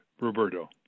Roberto